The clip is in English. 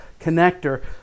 connector